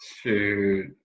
Shoot